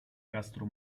castro